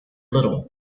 little